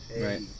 right